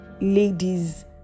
ladies